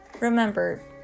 remember